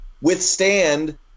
withstand